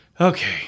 okay